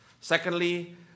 Secondly